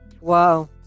Wow